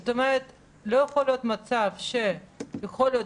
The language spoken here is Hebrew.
זאת אומרת לא יכול להיות מצב שיכול להיות